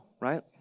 right